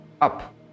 up